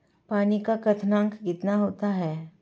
पानी का क्वथनांक कितना होता है?